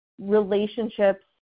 relationships